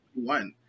One